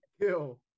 kill